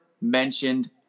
mentioned